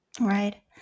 Right